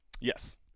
Yes